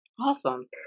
Awesome